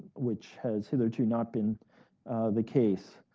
which has hitherto not been the case.